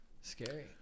Scary